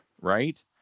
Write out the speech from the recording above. right